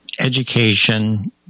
education